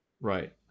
Right